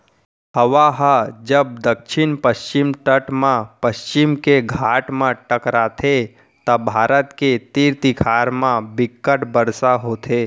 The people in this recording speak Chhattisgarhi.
हवा ह जब दक्छिन पस्चिम तट म पस्चिम के घाट म टकराथे त भारत के तीर तखार म बिक्कट बरसा होथे